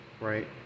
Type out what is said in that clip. right